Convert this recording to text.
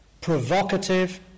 provocative